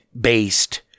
based